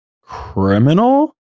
Criminal